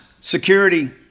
Security